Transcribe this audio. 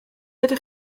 ydych